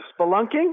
Spelunking